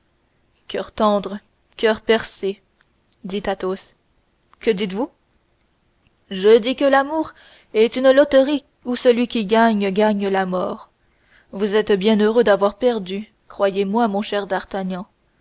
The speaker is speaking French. coeurs tendres coeurs percés dit athos que dites-vous je dis que l'amour est une loterie où celui qui gagne gagne la mort vous êtes bien heureux d'avoir perdu croyez-moi mon cher d'artagnan